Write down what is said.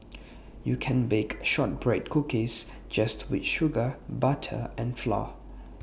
you can bake Shortbread Cookies just with sugar butter and flour